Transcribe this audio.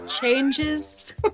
changes